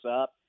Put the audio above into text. up